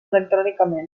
electrònicament